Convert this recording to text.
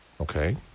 Okay